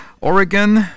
Oregon